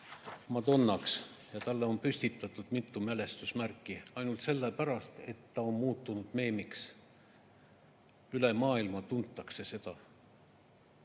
madonnaks ja talle on püstitatud mitu mälestusmärki, ainult sellepärast, et ta on muutunud meemiks. Üle maailma tuntakse teda.